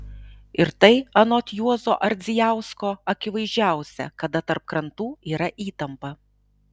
ir tai anot juozo ardzijausko akivaizdžiausia kada tarp krantų yra įtampa